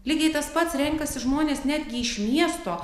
lygiai tas pats renkasi žmonės netgi iš miesto